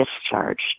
discharged